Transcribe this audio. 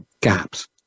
gaps